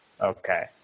Okay